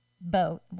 boat